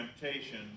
temptation